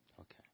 Okay